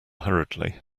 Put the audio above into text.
hurriedly